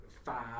Five